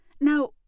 Now